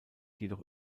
jedoch